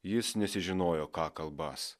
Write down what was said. jis nesižinojo ką kalbąs